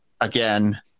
Again